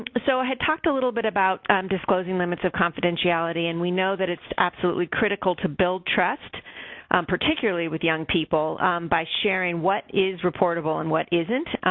but so, i had talked a little bit about disclosing limits of confidentiality, and we know that it's absolutely critical to build trust particularly with young people by sharing what is reportable and what isn't.